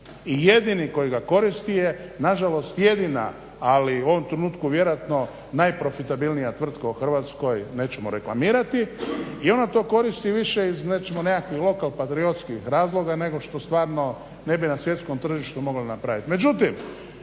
I jedini koji ga koristi je na žalost jedina, ali u ovom trenutku vjerojatno najprofitabilnija tvrtka u Hrvatskoj, nećemo reklamirati i ona to koristi više iz recimo nekakvih lokal patriotskih razloga, nego što stvarno ne bi na svjetskom tržištu mogla napraviti.